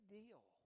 deal